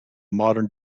modern